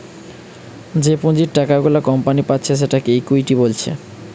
যে পুঁজির টাকা গুলা কোম্পানি পাচ্ছে সেটাকে ইকুইটি বলছে